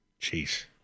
Jeez